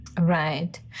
Right